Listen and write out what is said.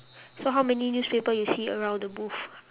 so how many newspaper you see around the booth